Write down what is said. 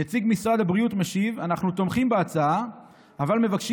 נציג משרד הבריאות השיב: אנחנו תומכים בהצעה אבל מבקשים